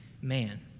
man